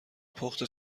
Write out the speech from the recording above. پخت